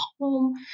home